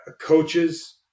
coaches